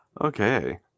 Okay